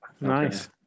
Nice